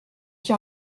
qui